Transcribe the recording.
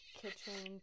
kitchen